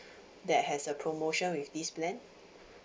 that has a promotion with this plan